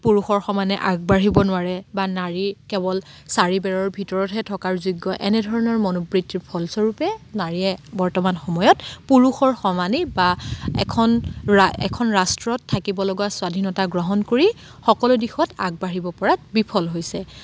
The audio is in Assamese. পুৰুষৰ সমানে আগবাঢ়িব নোৱাৰে বা নাৰী কেৱল চাৰিবেৰৰ ভিতৰত হে থকাৰ যোগ্য এনেধৰণৰ মনোবৃত্তিৰ ফলস্বৰূপে নাৰীয়ে বৰ্তমান সময়ত পুৰুষৰ সমানেই বা এখন ৰা এখন ৰাষ্ট্ৰত থাকিব লগা স্বাধীনতা গ্ৰহণ কৰি সকলো দিশত আগবাঢ়িব পৰাত বিফল হৈছে